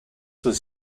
was